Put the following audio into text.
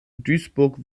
duisburg